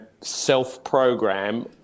self-program